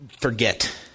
forget